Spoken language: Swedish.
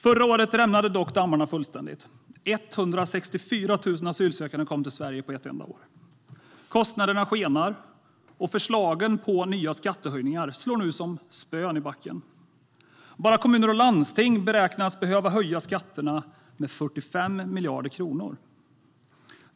Förra året rämnade dock dammarna fullständigt. På ett enda år kom 164 000 asylsökande till Sverige. Kostnaderna skenar, och förslagen på nya skattehöjningar står nu som spön i backen. Bara kommuner och landsting beräknas behöva höja skatterna med 45 miljarder kronor.